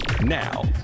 Now